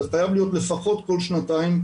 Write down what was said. זה חייב להיות לפחות כל שנתיים.